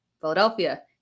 Philadelphia